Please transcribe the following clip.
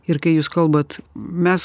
ir kai jūs kalbat mes